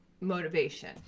motivation